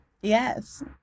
Yes